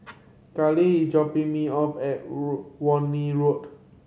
Kayli is dropping me off at Warna Road